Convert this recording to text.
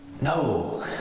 No